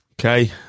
Okay